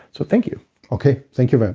so, thank you okay. thank you very